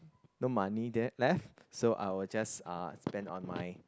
no money left so I will just uh spend on my